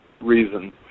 reason